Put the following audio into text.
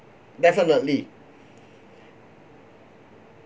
definitely